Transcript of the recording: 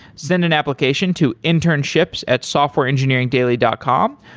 send an application to internships at softwareengineeringdaily dot com.